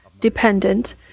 dependent